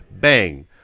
bang